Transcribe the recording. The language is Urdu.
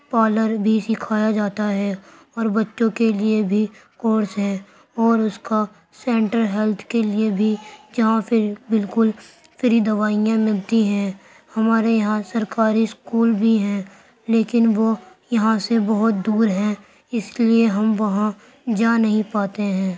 پارلر بھی سکھایا جاتا ہے اور بچوں کے لیے بھی کورس ہے اور اس کا سینٹر ہیلتھ کے لیے بھی جہاں پہ بالکل فری دوائیاں ملتی ہیں ہمارے یہاں سرکاری اسکول بھی ہیں لیکن وہ یہاں سے بہت دور ہیں اس لیے ہم وہاں جا نہیں پاتے ہیں